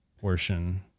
portion